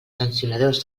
sancionadors